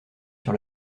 sur